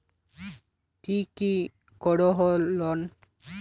ती की करोहो लोन?